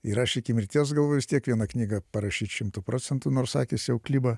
ir aš iki mirties galvoju vis tiek vieną knygą parašyt šimtu procentų nors akys jau kliba